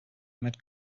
met